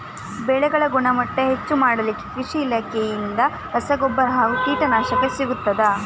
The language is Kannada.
ಬೆಳೆಗಳ ಗುಣಮಟ್ಟ ಹೆಚ್ಚು ಮಾಡಲಿಕ್ಕೆ ಕೃಷಿ ಇಲಾಖೆಯಿಂದ ರಸಗೊಬ್ಬರ ಹಾಗೂ ಕೀಟನಾಶಕ ಸಿಗುತ್ತದಾ?